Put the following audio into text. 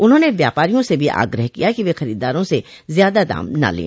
उन्होंने व्यापारियों से भी आग्रह किया कि वे खरीदारों से ज्यादा दाम न लें